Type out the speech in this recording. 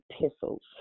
epistles